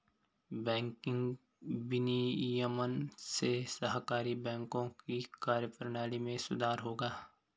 banking विनियमन से सहकारी बैंकों की कार्यप्रणाली में सुधार होगा